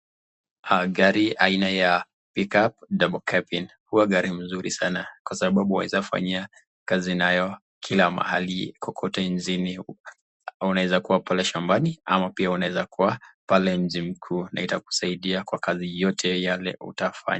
Gari aina ya Pick-Up Double Cabin huwa gari mzuri sana, kwa sababu waweza kufanyia kazi nayo kila mahali kokote nchini, unaweza kuwepo pale shambani ama pia unaweza kuwa pale nchi mkuu. Na itakusadia kwa kazi yeyote ile utafanya